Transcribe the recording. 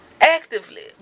actively